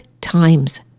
time's